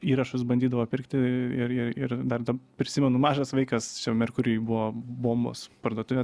įrašus bandydavo pirkti ir ir dar dab prisimenu mažas vaikas čia merkurijuj buvo bombos parduotuvė